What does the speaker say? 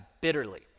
bitterly